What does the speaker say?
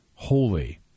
Holy